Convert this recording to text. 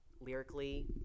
Lyrically